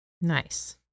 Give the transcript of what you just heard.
Nice